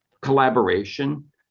collaboration